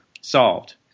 solved